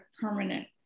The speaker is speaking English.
permanent